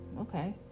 Okay